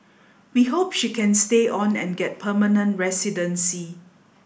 we hope she can stay on and get permanent residency